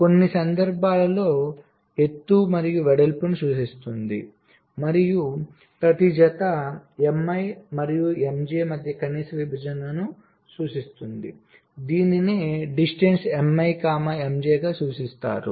కొన్ని సందర్భాల్లో ఎత్తు మరియు వెడల్పును సూచిస్తుంది మరియు ప్రతి జత Mi మరియు Mj మధ్య కనీస విభజనను సూచిస్తుంది దీనిని dist Mi Mjగా సూచిస్తారు